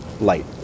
light